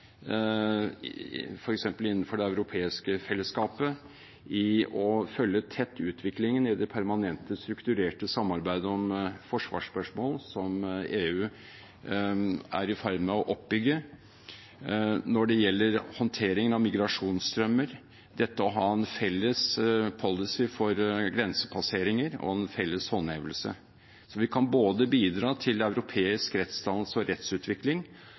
f.eks. innenfor det europeiske fellesskapet, i å følge utviklingen tett i det permanente strukturerte samarbeidet om forsvarsspørsmål som EU er i ferd med å oppbygge når det gjelder håndteringen av migrasjonsstrømmer, dette å ha en felles policy for grensepasseringer og en felles håndhevelse. Så vi kan bidra til europeisk rettsdannelse og rettsutvikling,